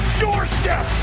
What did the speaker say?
doorstep